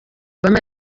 obama